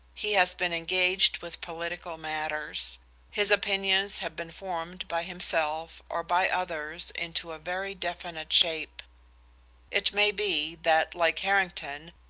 he has been engaged with political matters his opinions have been formed by himself or by others into a very definite shape it may be that, like harrington,